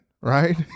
right